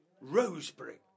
Roseberry